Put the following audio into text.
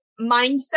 mindset